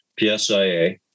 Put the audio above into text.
PSIA